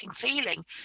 feeling